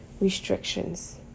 restrictions